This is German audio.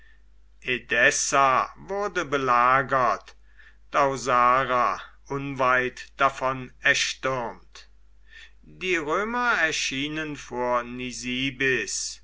wurde belagert dausara unweit davon erstürmt die römer erschienen vor